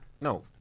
No